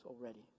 already